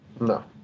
no